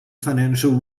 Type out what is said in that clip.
financial